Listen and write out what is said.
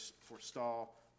forestall